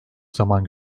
zaman